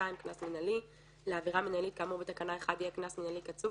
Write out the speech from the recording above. עבירה מינהלית לעבירה מינהלית כאמור בתקנה 1 יהיה קנס מינהלי קצוב,